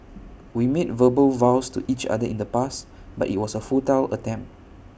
we made verbal vows to each other in the past but IT was A futile attempt